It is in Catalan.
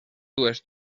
dues